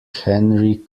henry